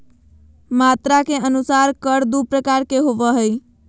मात्रा के अनुसार कर दू प्रकार के होबो हइ